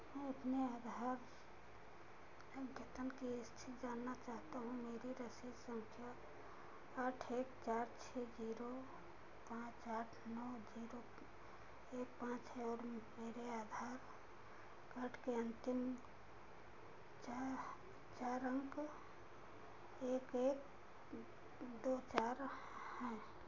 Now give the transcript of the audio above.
मैं अपने आधार अद्यतन की स्थिति जानना चाहता हूँ मेरी रसीद संख्या आठ एक चार छः जीरो पाँच आठ नौ जीरो एक पाँच है और मेरे आधार कार्ड के अंतिम चार चार अंक एक एक दो चार हैं